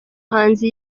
muhanzi